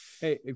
Hey